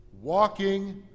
walking